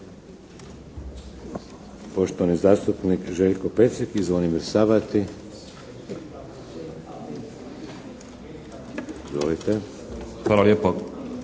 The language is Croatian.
poštovani zastupnik Željko Pecek i Zvonimir Sabati. Izvolite. **Pecek,